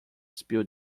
spill